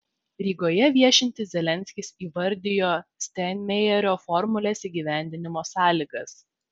rygoje viešintis zelenskis įvardijo steinmeierio formulės įgyvendinimo sąlygas